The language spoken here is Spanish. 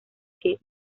que